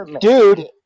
Dude